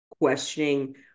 questioning